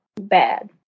bad